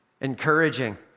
Encouraging